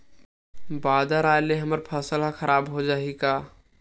बादर आय ले हमर फसल ह खराब हो जाहि का?